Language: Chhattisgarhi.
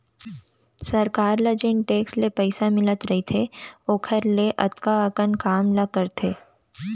सरकार ल जेन टेक्स ले पइसा मिले रइथे ओकर ले अतका अकन काम ला करथे